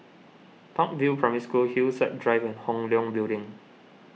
Park View Primary School Hillside Drive and Hong Leong Building